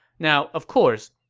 now, of course,